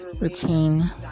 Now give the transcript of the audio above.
routine